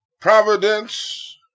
providence